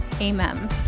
amen